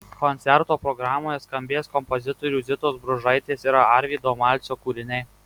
koncerto programoje skambės kompozitorių zitos bružaitės ir arvydo malcio kūriniai